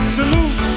Salute